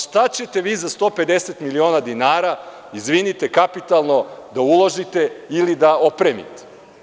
Šta ćete vi za 150 miliona dinara, izvinite, kapitalno da uložite ili da opremite?